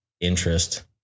interest